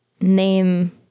name